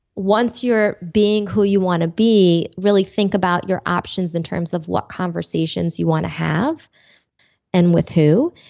once you're being who you want to be, really think about your options in terms of what conversations you want to have and with who,